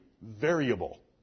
variable